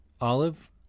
olive